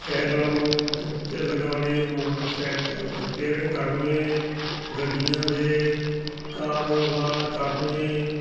ਸੈਕਲਾਂ ਨੂੰ ਪੈਨਚਰ ਲਗਾਉਣੇ motorcycle repairing ਕਰਨੇ ਗੱਡੀਆਂ ਦੇ ਕਾਰੋਬਾਰ ਕਰਨੇ